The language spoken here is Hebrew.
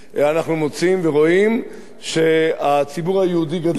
אנחנו מוצאים ורואים שהציבור הישראלי גדל.